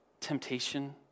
temptation